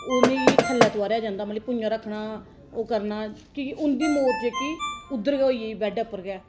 उ'नेंगी थल्लै तोआरेआ जंदा मतलब कि भुञां रक्खना ओह् करना कि के उंदी मौत जेह्की उद्धर गै होई गेई बैड उप्पर गै